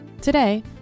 Today